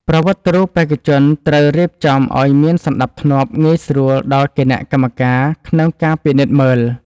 ប្រវត្តិរូបបេក្ខជនត្រូវរៀបចំឱ្យមានសណ្ដាប់ធ្នាប់ងាយស្រួលដល់គណៈកម្មការក្នុងការពិនិត្យមើល។